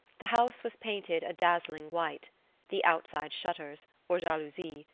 the house was painted a dazzling white the outside shutters, or jalousies,